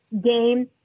game